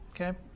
Okay